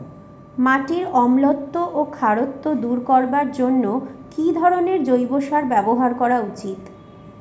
মাটির অম্লত্ব ও খারত্ব দূর করবার জন্য কি ধরণের জৈব সার ব্যাবহার করা উচিৎ?